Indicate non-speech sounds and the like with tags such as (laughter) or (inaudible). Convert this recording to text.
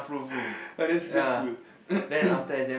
(laughs) well that's that's good (noise)